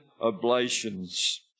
oblations